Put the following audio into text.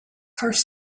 first